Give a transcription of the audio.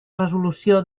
resolució